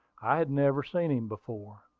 i had never seen him before.